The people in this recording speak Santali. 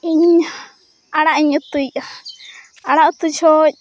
ᱤᱧ ᱟᱲᱟᱜᱤᱧ ᱩᱛᱩᱮᱫᱼᱟ ᱟᱲᱟᱜ ᱩᱛᱩ ᱡᱚᱦᱚᱜ